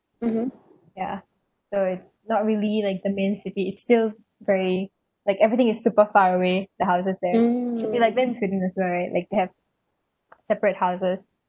yeah so it's not really like the main city it's still very like everything is super far away the houses there should be like there in sweden as well right like they have separate houses